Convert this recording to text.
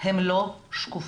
הם לא שקופים.